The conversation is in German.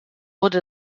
wurde